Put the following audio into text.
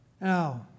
Now